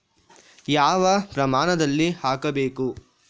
ಯಾವ ಪ್ರಮಾಣದಲ್ಲಿ ಹಾಕಬೇಕು?